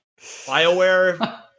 Bioware